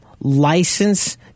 license